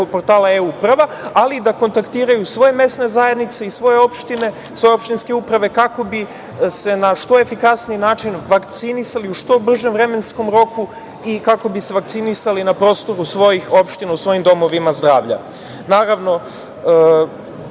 portala e-uprava, ali i da kontaktiraju svoje mesne zajednice i svoje opštine, svoje opštinske uprave kako bi se na što efikasniji način vakcinisali u što bržem vremenskom roku i kako bi se vakcinisali na prostoru svojih opština, u svojim domovima zdravlja. Naravno,